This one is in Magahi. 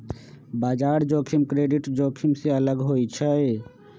बजार जोखिम क्रेडिट जोखिम से अलग होइ छइ